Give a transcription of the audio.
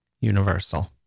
universal